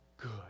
good